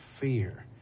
fear